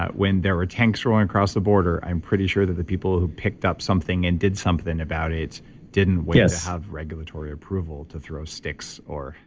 ah when there were tanks rolling across the border, i'm pretty sure that the people who picked up something and did something about it didn't wait to have regulatory approval to throw sticks or.